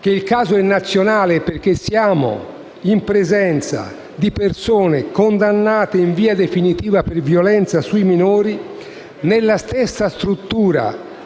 che il caso è nazionale, perché siamo in presenza di persone condannate in via definitiva per violenza su minori nella stessa struttura cui lo